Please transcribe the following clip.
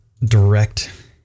direct